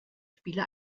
spiele